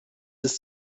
ist